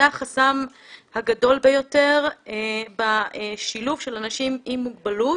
זה החסם הגדול ביותר בשילוב של אנשים עם מוגבלות